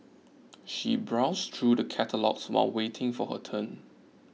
she browsed through the catalogues while waiting for her turn